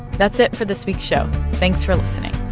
that's it for this week's show. thanks for listening